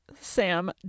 Sam